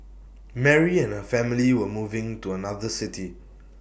Mary and her family were moving to another city